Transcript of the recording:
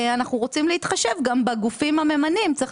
אנחנו רוצים להתחשב גם בגופים הממנים כי צריך